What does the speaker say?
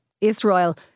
Israel